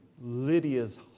Lydia's